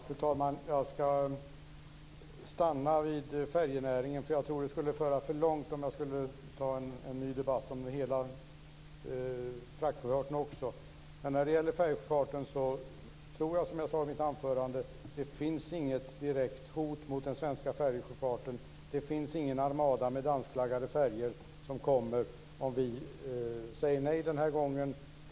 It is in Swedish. Fru talman! Jag ska stanna vid färjenäringen därför att jag tror att det skulle föra för långt om jag skulle ta en ny debatt om hela fraktsjöfarten också. När det gäller färjesjöfarten tror jag, som jag sade i mitt anförande, att det inte finns något direkt hot mot den svenska färjesjöfarten. Det finns ingen armada med danskflaggade färjor som kommer om vi säger nej den här gången.